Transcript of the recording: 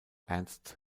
ernst